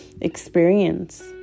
experience